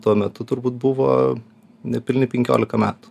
tuo metu turbūt buvo nepilni penkiolika metų